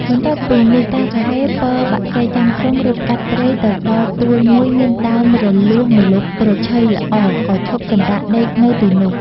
បន្ទាប់ពីនេះ តាគហ៊េ ពរបក្សីចាំក្រុងរត់កាត់ព្រៃទៅដល់ទួលមួយមានដើមរលួសម្លប់ត្រឈៃល្អ ក៏ឈប់សំរាកដេក នៅទីនោះ។